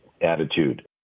attitude